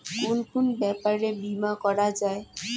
কুন কুন ব্যাপারে বীমা করা যায়?